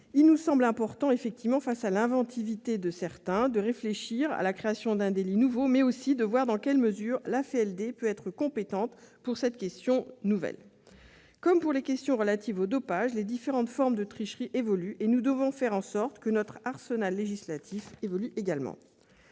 il nous semble important de réfléchir à la création d'un délit nouveau, mais aussi de définir dans quelles mesures l'AFLD peut être compétente sur cette question. Comme pour les questions relatives au dopage, les différentes formes de tricherie évoluent. Nous devons faire en sorte que notre arsenal législatif évolue également.